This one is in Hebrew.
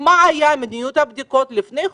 מה הייתה מדיניות הבדיקות לפני חודש,